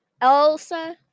Elsa